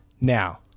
now